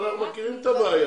אבל אנחנו מכירים את הבעיה.